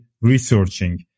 researching